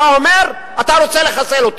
אתה אומר: אתה רוצה לחסל אותי.